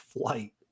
flight